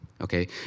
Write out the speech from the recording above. Okay